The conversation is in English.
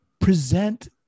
present